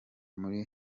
muri